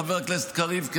חבר הכנסת קריב,